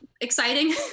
exciting